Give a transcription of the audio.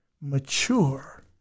mature